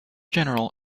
general